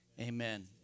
Amen